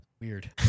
Weird